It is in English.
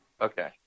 Okay